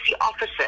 officer